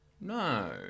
No